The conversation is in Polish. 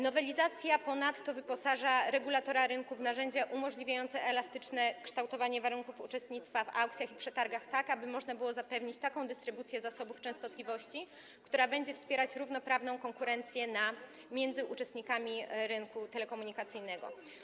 Nowelizacja ponadto wyposaża regulatora rynku w narzędzia umożliwiające elastyczne kształtowanie warunków uczestnictwa w aukcjach i przetargach tak, aby można było zapewnić taką dystrybucję zasobów częstotliwości, która będzie wspierać równoprawną konkurencję uczestników rynku telekomunikacyjnego.